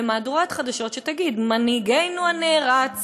במהדורת חדשות שתגיד: מנהיגנו הנערץ